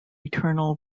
eternal